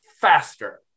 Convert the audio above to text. faster